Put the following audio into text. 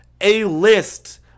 A-list